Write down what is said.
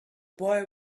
boy